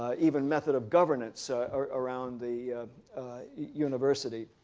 ah even method of governance around the university.